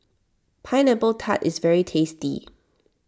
Pineapple Tart is very tasty